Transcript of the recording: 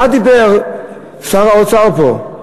מה דיבר שר האוצר פה?